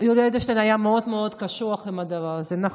היה מאוד מאוד קשוח עם הדבר הזה, זה נכון.